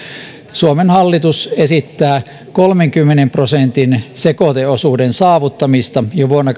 suomen hallitus esittää kolmenkymmenen prosentin sekoiteosuuden saavuttamista jo vuonna